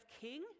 king